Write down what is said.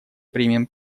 примем